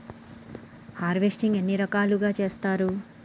Harvesting ఎన్ని రకాలుగా చేస్తరు?